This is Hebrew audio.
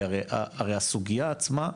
כי הרי, הסוגייה עצמה,